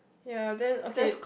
ya then okay